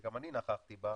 שגם אני נכחתי בה,